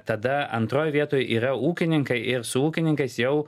tada antroj vietoj yra ūkininkai ir su ūkininkais jau